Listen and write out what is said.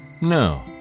No